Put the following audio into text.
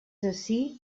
ací